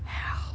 help